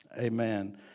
Amen